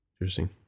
Interesting